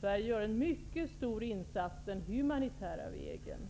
Sverige gör en mycket stor insats den humanitära vägen.